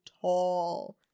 tall